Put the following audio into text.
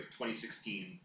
2016